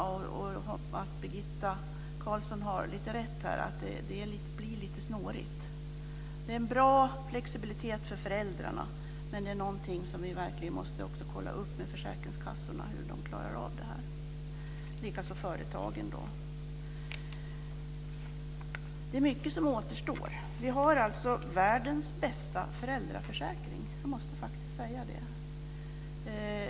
Birgitta Carlsson har rätt där, att det blir lite snårigt. Det är en bra flexibilitet för föräldrarna, men någonting som vi verkligen måste kolla upp är hur försäkringskassorna klarar av det här, likaså företagen. Det är mycket som återstår. Vi har alltså världens bästa föräldraförsäkring, det måste jag faktiskt säga.